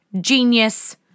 Genius